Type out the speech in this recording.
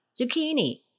Zucchini